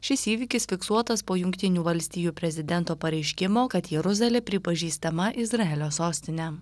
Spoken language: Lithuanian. šis įvykis fiksuotas po jungtinių valstijų prezidento pareiškimo kad jeruzalė pripažįstama izraelio sostine